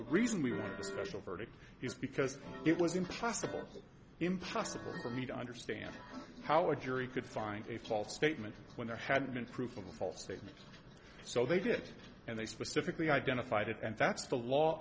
special verdict is because it was impossible impossible for me to understand how a jury could find a false statement when there had been proof of a false statement so they did it and they specifically identified it and that's the law